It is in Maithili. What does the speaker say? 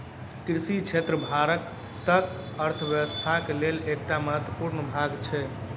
कृषि क्षेत्र भारतक अर्थव्यवस्थाक लेल एकटा महत्वपूर्ण भाग छै